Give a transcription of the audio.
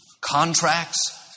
contracts